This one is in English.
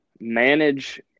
manage